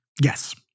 Yes